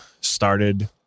started